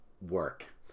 work